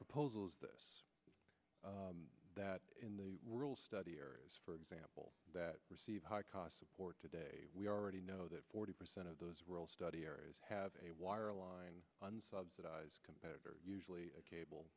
proposals this that in the rural study areas for example that receive high cost support today we already know that forty percent of those rural study areas have a wireline unsubsidized competitors usually a cable